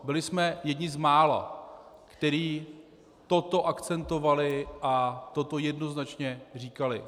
Byli jsme jedni z mála, kteří toto akcentovali a toto jednoznačně říkali.